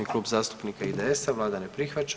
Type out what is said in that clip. Klub zastupnika IDS-a, vlada ne prihvaća.